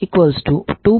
2160